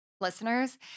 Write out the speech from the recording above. listeners